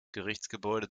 gerichtsgebäude